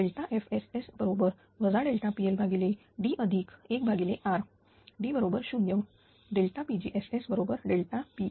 FSS PLD1R D बरोबर 0 pgss बरोबर pL